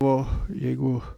o jeigu